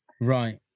Right